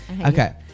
Okay